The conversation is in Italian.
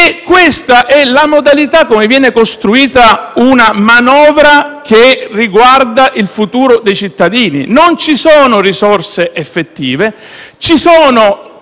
Questa è la modalità con la quale viene costruita una manovra che riguarda il futuro dei cittadini. Non ci sono risorse effettive. Ci sono